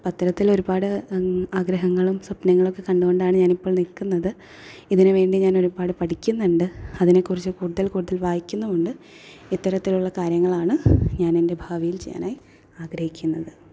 അത്തരത്തിൽ ഒരുപാട് ആഗ്രഹങ്ങളും സ്വപ്നങ്ങളൊക്കെ കണ്ടുകൊണ്ടാണ് ഞാനിപ്പോൾ നിൽക്കുന്നത് ഇതിനുവേണ്ടി ഞാൻ ഒരുപാട് പഠിക്കുന്നുണ്ട് അതിനെക്കുറിച്ച് കൂടുതൽ കൂടുതൽ വായിക്കുന്നുണ്ട് ഇത്തരത്തിലുള്ള കാര്യങ്ങളാണ് ഞാൻ എൻറെ ഭാവിയിൽ ചെയ്യാനായി ആഗ്രഹിക്കുന്നത്